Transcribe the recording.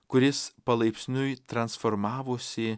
kuris palaipsniui transformavosi